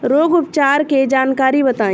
रोग उपचार के जानकारी बताई?